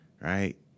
right